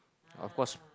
of course